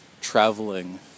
traveling